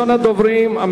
שמספרן 1254,